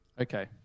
okay